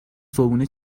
صبحونه